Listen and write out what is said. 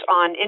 on